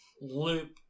loop